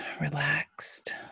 relaxed